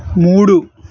మూడు